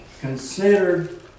considered